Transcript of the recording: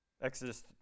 Exodus